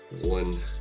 one